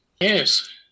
Yes